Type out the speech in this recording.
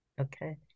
Okay